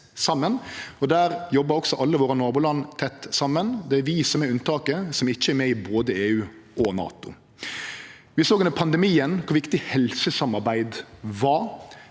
der jobbar også alle nabolanda våre tett saman. Det er vi som er unntaket, som ikkje er med i både EU og NATO. Under pandemien såg vi kor viktig helsesamarbeid var.